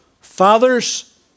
Fathers